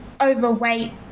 overweight